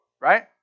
Right